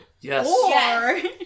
Yes